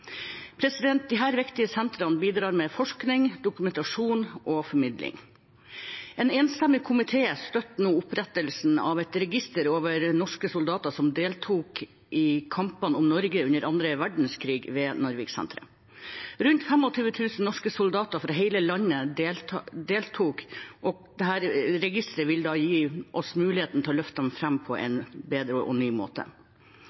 viktige sentrene bidrar med forskning, dokumentasjon og formidling. En enstemmig komité støtter nå opprettelsen av et register ved Narviksenteret over norske soldater som deltok i kampene om Norge under den andre verdenskrigen. Rundt 25 000 norske soldater fra hele landet deltok, og dette registeret vil gi oss mulighet til å løfte fram disse på